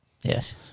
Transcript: Yes